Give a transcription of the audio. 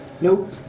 Nope